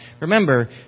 Remember